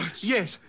Yes